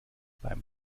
beim